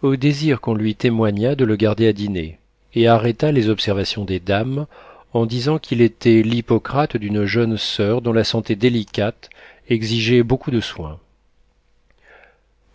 au désir qu'on lui témoigna de le garder à dîner et arrêta les observations des dames en disant qu'il était l'hippocrate d'une jeune soeur dont la santé délicate exigeait beaucoup de soins